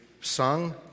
sung